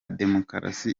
demokarasi